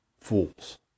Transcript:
fools